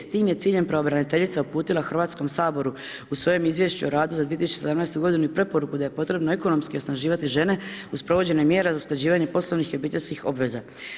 S tim je ciljem pravobraniteljica uputila Hrvatskom saboru u svojem izvješću o radu za 2017. i preporuku da je potrebno ekonomski osnaživati žene uz provođenje mjera za usklađivanje poslovnih i obiteljskih obveza.